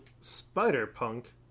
Spider-Punk